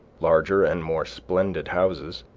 larger and more splendid houses,